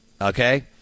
okay